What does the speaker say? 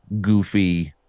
goofy